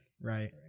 right